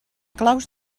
claus